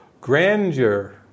grandeur